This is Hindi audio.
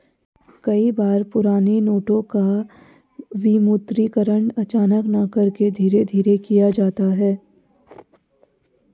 कई बार पुराने नोटों का विमुद्रीकरण अचानक न करके धीरे धीरे किया जाता है